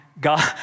God